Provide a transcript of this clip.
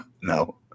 No